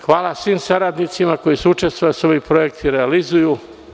Hvala svim saradnicima koji su učestvovali da se ovi projekti realizuju.